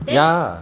then